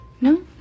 No